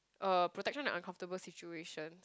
uh protection in uncomfortable situations